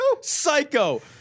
Psycho